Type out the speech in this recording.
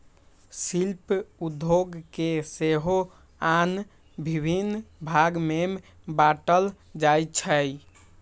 शिल्प उद्योग के सेहो आन भिन्न भाग में बाट्ल जाइ छइ